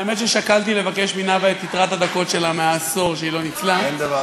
האמת ששקלתי לבקש מנאוה את יתרת הדקות שלה מהעשר שהיא לא ניצלה.